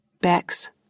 Bex